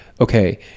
okay